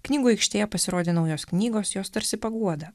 knygų aikštėje pasirodė naujos knygos jos tarsi paguoda